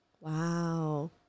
Wow